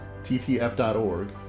ttf.org